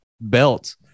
belt